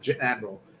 admiral